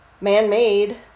man-made